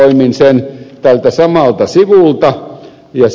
poimin sen tältä samalta sivulta